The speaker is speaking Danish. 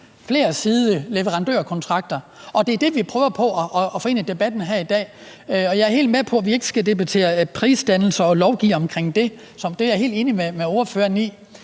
flersidede leverandørkontrakter, og det er det, vi prøver på at få ind i debatten her i dag. Jeg er helt med på, at vi ikke skal debattere prisdannelse og lovgive om det. Det er jeg helt enig med ordføreren i.